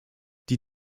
die